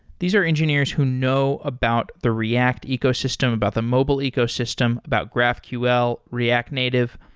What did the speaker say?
these are engineers who know about the react ecosystem, about the mobile ecosystem, about graphql, react native.